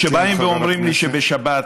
שבאים ואומרים לי שבשבת